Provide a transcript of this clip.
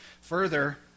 Further